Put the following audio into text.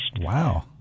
Wow